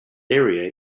area